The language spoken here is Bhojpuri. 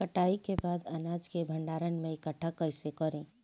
कटाई के बाद अनाज के भंडारण में इकठ्ठा कइसे करी?